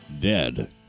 dead